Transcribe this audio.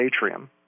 atrium